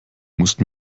musst